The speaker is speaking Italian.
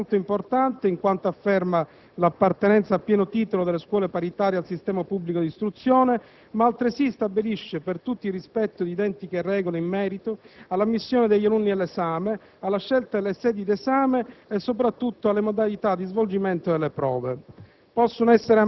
Tale passaggio è molto importante in quanto afferma l'appartenenza a pieno titolo delle scuole paritarie al sistema pubblico di istruzione, ma altresì stabilisce per tutti il rispetto di identiche regole in merito all'ammissione degli alunni all'esame, alla scelta delle sedi d'esame e, soprattutto, alle modalità di svolgimento delle prove.